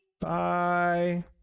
Bye